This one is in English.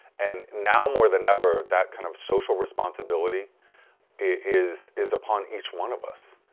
and now more than ever that kind of social responsibility is is upon each one of us.